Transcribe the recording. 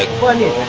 ah twenty